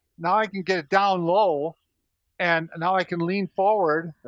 now i can get it down low and now i can lean forward,